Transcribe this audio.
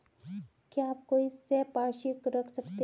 क्या आप कोई संपार्श्विक रख सकते हैं?